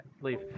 Leave